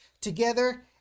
together